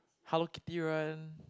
Hello-Kitty run